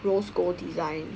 rose gold design